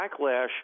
backlash